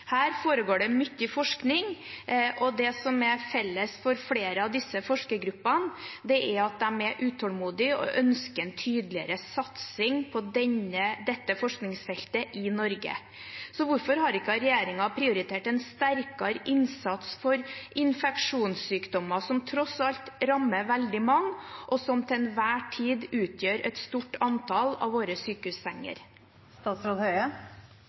Her foregår det mye forskning, og det som er felles for flere av disse forskergruppene, er at de er utålmodige og ønsker en tydeligere satsing på dette forskningsfeltet i Norge. Så hvorfor har ikke regjeringen prioritert en sterkere innsats for infeksjonssykdommer, som tross alt rammer veldig mange, og som til enhver tid utgjør et stort antall av våre sykehussenger?